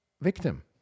Victim